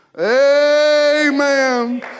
Amen